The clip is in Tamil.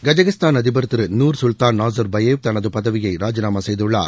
கஜகஸ்தான் அதிபர் திரு நூர் சுல்தான் நாசர் பயேவ் தனது பதவியை ராஜிநாமா செய்துள்ளார்